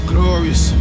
Glorious